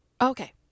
Okay